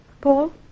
Paul